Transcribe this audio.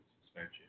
suspension